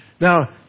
Now